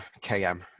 KM